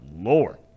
Lord